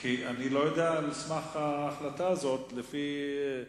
אני לא יודע, על סמך ההחלטה הזאת, לפי,